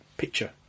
Picture